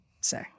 say